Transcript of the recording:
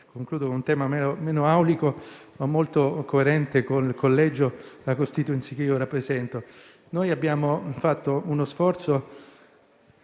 concludo con un tema meno aulico, ma molto coerente con il collegio e con la *constituency* che rappresento. Noi abbiamo fatto uno sforzo